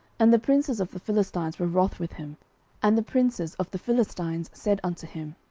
and the princes of the philistines were wroth with him and the princes of the philistines said unto him,